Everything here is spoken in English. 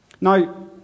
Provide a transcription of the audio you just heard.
now